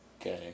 Okay